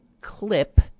clip